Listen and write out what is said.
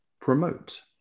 promote